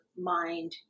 mind